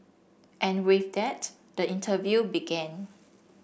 and with that the interview began